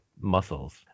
muscles